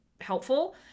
helpful